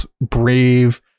brave